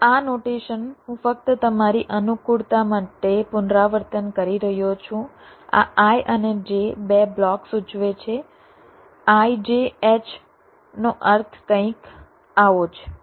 તો આ નોટેશન હું ફક્ત તમારી અનુકૂળતા માટે પુનરાવર્તન કરી રહ્યો છું આ i અને j બે બ્લોક સૂચવે છે ijH નો અર્થ કંઈક આવો છે